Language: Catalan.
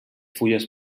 fulles